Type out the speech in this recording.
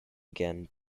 again